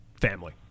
family